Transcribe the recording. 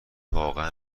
واقعا